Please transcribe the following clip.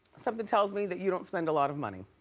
something tells me that you don't spend a lot of money.